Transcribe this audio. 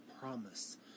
promise